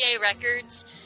Records